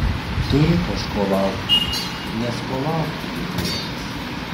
turi kažko laukti nes ko laukti bedieviams